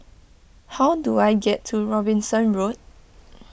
how do I get to Robinson Road